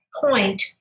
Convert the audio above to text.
point